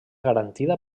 garantida